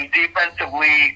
defensively